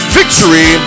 victory